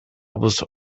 was